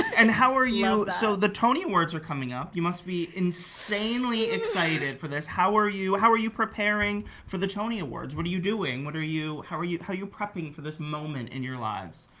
and how are you, so the tony awards are coming up. you must be insanely excited for this. how are you, how are you preparing for the tony awards? what are you doing? what are you, how are you how are you prepping for this moment in your lives?